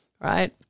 right